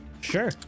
Sure